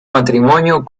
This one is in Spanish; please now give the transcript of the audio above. matrimonio